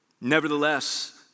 Nevertheless